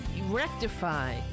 rectify